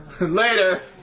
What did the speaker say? Later